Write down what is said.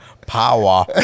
power